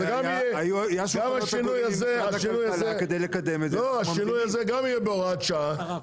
וגם השינוי הזה גם יהיה בהוראת שעה,